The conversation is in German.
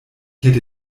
hätte